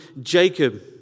Jacob